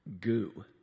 goo